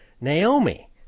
Naomi